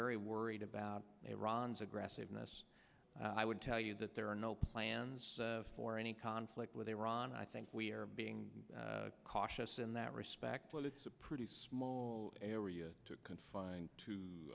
very worried about iran's aggressiveness i would tell you that there are no plans for any conflict with iran i think we are being cautious in that respect it's a pretty small area confined to